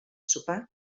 sopar